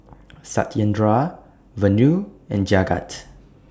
Satyendra Vanu and Jagat